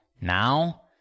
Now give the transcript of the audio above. Now